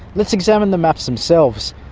let's examine the maps themselves.